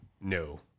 No